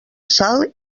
sal